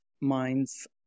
minds